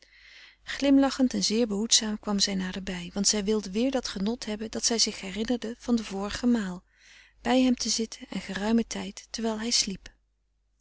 glimlachend en zeer behoedzaam kwam zij naderbij want zij wilde weer dat genot hebben dat zij zich herinnerde van de vorige maal bij hem te zitten gefrederik van eeden van de koele meren des doods ruimen tijd terwijl hij sliep